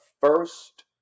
first